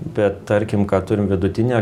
bet tarkim ką turim vidutinio